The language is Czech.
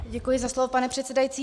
Děkuji za slovo, pane předsedající.